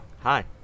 Hi